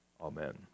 Amen